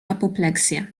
apopleksja